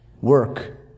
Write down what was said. work